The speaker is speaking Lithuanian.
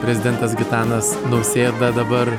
prezidentas gitanas nausėda dabar